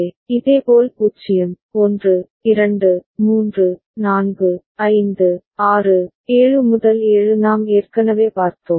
A எனவே இதேபோல் 0 1 2 3 4 5 6 7 7 நாம் ஏற்கனவே பார்த்தோம்